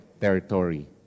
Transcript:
territory